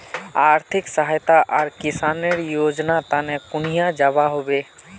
आर्थिक सहायता आर किसानेर योजना तने कुनियाँ जबा होबे?